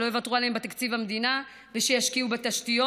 שלא יוותרו עליהם בתקציב המדינה ושישקיעו בתשתיות,